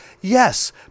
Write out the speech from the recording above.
Yes